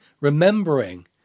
remembering